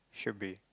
should be